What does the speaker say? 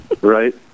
Right